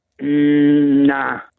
nah